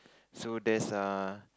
so there's a